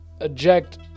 eject